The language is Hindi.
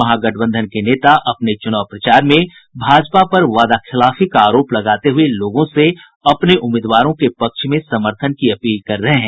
महागठबंधन के नेता ने अपने चुनाव प्रचार में भाजपा पर वादाखिलाफी का आरोप लगाते हुए लोगों से अपने उम्मीदवारों के पक्ष में समर्थन की अपील कर रहे हैं